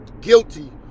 guilty